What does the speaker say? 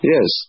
Yes